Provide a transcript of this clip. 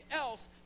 else